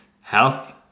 health